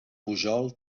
pujol